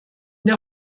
der